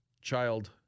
child